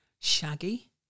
Shaggy